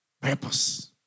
purpose